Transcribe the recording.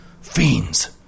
fiends